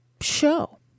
show